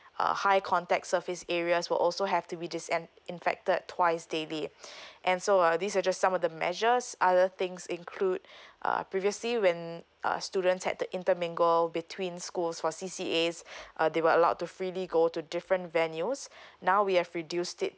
uh high contact surface areas will also have to be disin~ infected twice daily and so uh this suggest some of the measures other things include uh previously when uh student set the intermingle between schools for C_C_As uh they were allowed to freely go to different venues now we have reduced it